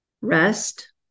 rest